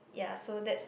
ya so that's